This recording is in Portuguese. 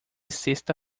sexta